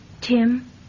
Tim